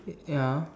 it ya